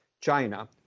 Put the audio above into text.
China